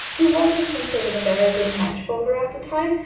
who wasn't considered a very good match for her at the time,